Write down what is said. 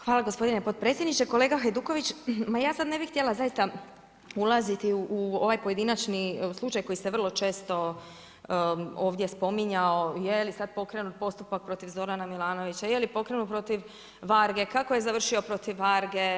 Hvala gospodine potpredsjedniče, kolega Hajduković ma ja sad ne bih htjela zaista ulaziti u ovaj pojedinačni slučaj koji se vrlo često ovdje spominjao je li sad pokrenut postupak protiv Zorana Milanovića, je li pokrenut protiv Varge, kako je završio protiv Varge.